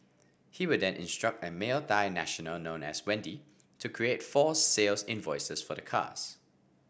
he would then instruct a male Thai national known as Wendy to create false sales invoices for the cars